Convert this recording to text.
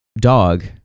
dog